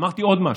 אמרתי עוד משהו,